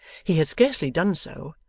he had scarcely done so,